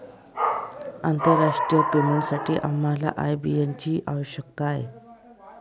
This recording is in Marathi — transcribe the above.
आंतरराष्ट्रीय पेमेंटसाठी आम्हाला आय.बी.एन ची आवश्यकता आहे